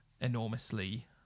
enormously